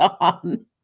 on